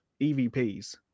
EVPs